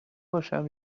باشم